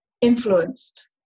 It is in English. influenced